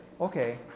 okay